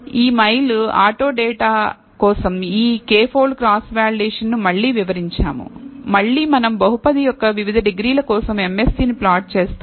ఈ mile auto data కోసం ఈ k పోల్డ్ క్రాస్ వాలిడేషన్ ను మళ్ళీ వివరించాము మళ్ళీ మనం బహుపది యొక్క వివిధ డిగ్రీల కోసం MSE ని ప్లాట్ చేస్తాము